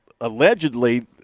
allegedly